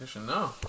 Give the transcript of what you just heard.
No